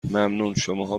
ممنونشماها